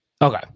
Okay